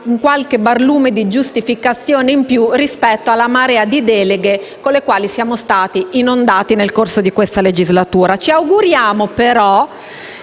un qualche barlume di giustificazione in più rispetto alla marea di deleghe con le quali siamo stati inondati nel corso di questa legislatura. Ci auguriamo, però,